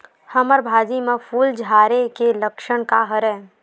हमर भाजी म फूल झारे के लक्षण का हरय?